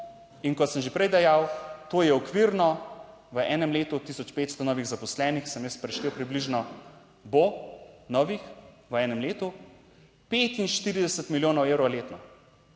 in kot sem že prej dejal, to je okvirno v enem letu 1500 novih zaposlenih. Sem jaz preštel približno, bo novih v enem letu 2045 milijonov evrov letno.